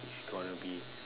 it's gonna be